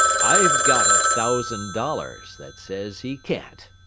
i've got a thousand dollars that says he can't.